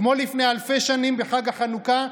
כמו לפני אלפי שנים בחג החנוכה,